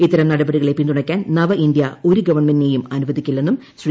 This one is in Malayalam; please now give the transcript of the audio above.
ഇത്തരം നടപടികളെ പിന്തുണയ്ക്കാൻ നവഇന്ത്യ ഒരു ഗവൺമെന്റിനെയും അനുവദിക്കില്ലെന്നും ശ്രീ